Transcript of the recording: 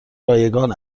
رایگان